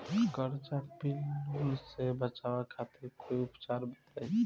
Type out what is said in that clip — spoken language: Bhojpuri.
कजरा पिल्लू से बचाव खातिर कोई उपचार बताई?